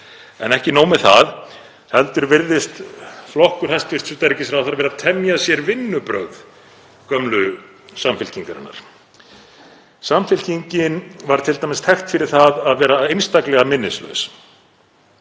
Ekki nóg með það heldur virðist flokkur hæstv. utanríkisráðherra vera að temja sér vinnubrögð gömlu Samfylkingarinnar. Samfylkingin var t.d. þekkt fyrir að vera einstaklega minnislaus.